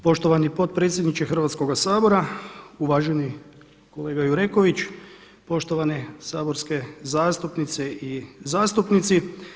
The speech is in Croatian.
Poštovani potpredsjedniče Hrvatskoga sabora, uvaženi kolega Jureković, poštovane saborske zastupnice i zastupnici.